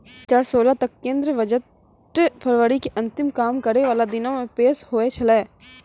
दु हजार सोलह तक केंद्रीय बजट फरवरी के अंतिम काम करै बाला दिनो मे पेश होय छलै